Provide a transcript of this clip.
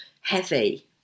heavy